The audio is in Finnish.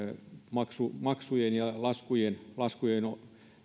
maksujen ja laskujen laskujen